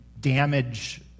damage